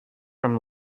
from